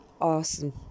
awesome